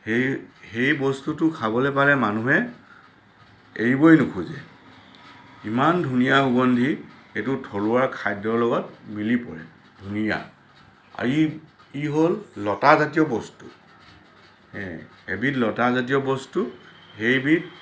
সেই সেই বস্তুটো খাবলৈ পালে মানুহে এৰিবই নোখোজে ইমান ধুনীয়া সুগন্ধি সেইটো থলুৱা খাদ্যৰ লগত মিলি পৰে ধুনীয়া আৰু ই ই হ'ল লতাজাতীয় বস্তু হে এইবিধ লতা জাতীয় বস্তু সেইবিধ